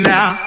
Now